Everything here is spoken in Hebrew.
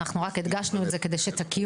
אנחנו רק הדגשנו את זה כדי שתכירו.